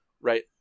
right